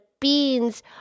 beans